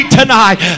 tonight